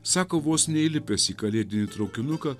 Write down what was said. sako vos neįlipęs į kalėdinį traukinuką